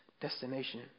destination